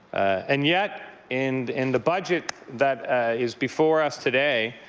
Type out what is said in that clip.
and yet, in in the budget that is before us today,